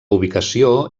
ubicació